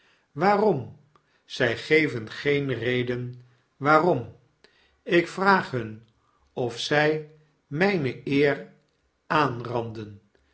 waarom zy geven geen reden waarom ik vraag hun of zij myne eer aanranden